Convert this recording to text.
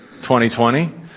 2020